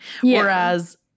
Whereas